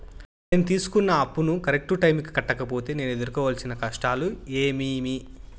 నేను తీసుకున్న అప్పును కరెక్టు టైముకి కట్టకపోతే నేను ఎదురుకోవాల్సిన కష్టాలు ఏమీమి?